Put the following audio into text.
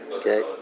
Okay